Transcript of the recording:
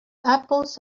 apples